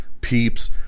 Peeps